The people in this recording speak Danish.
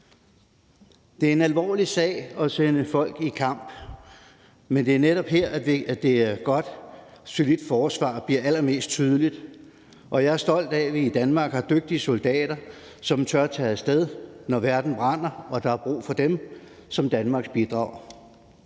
Det er en alvorlig sag at sende folk i kamp, men det er netop her, at et godt, solidt forsvar bliver allermest tydeligt, og jeg er stolt af, at vi i Danmark har dygtige soldater, som tør tage af sted, når verden brænder og der er brug for dem som Danmarks bidrag.